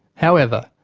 however,